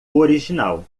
original